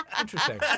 Interesting